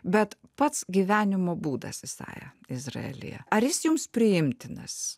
bet pats gyvenimo būdas isaja izraelyje ar jis jums priimtinas